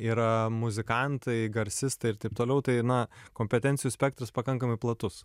yra muzikantai garsistai ir taip toliau tai na kompetencijų spektras pakankamai platus